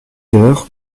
heures